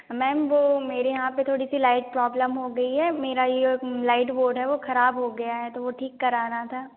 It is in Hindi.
मैम वह मेरे यहाँ पर थोड़ी सी लाइट प्रॉब्लेम हो गई है मेरा यह लाइट बोर्ड है वह ख़राब हो गया है तो वह ठीक कराना था